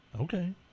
Okay